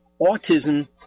autism